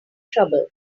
trouble